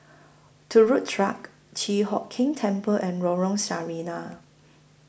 Turut Track Chi Hock Keng Temple and Lorong Sarina